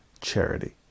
charity